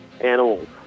animals